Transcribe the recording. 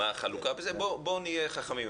בואו נהיה חכמים,